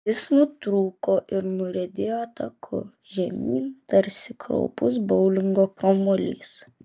jis nutrūko ir nuriedėjo taku žemyn tarsi kraupus boulingo kamuolys